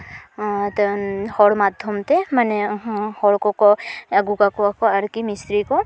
ᱦᱚᱲ ᱢᱟᱫᱽᱫᱷᱚᱢᱛᱮ ᱢᱟᱱᱮ ᱦᱚᱲ ᱠᱚ ᱟᱹᱜᱩ ᱠᱟᱠᱚᱣᱟᱠᱚ ᱟᱨᱠᱤ ᱢᱤᱥᱛᱨᱤ ᱠᱚ